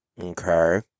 Okay